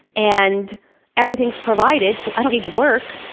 and everything's provided so i don't need to work,